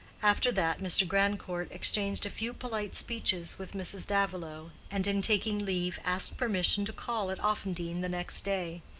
after that, mr. grandcourt exchanged a few polite speeches with mrs. davilow, and, in taking leave, asked permission to call at offendene the next day.